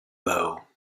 low